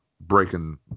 breaking